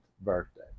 birthday